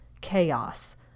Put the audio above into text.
chaos